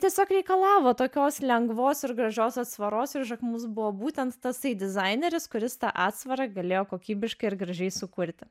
tiesiog reikalavo tokios lengvos ir gražios atsvaros ir žakmus buvo būtent tasai dizaineris kuris tą atsvarą galėjo kokybiškai ir gražiai sukurti